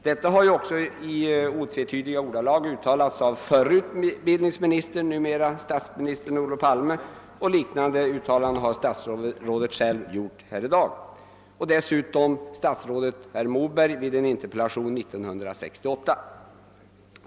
Detta har också i otvetydiga ordalag framställts av förre utbildningsministern, numera statsministern Olof Palme, och liknande uttalanden har statsrådet Carlsson själv gjort här i dag, liksom också statsrådet Moberg i en interpellationsdebatt år 1968.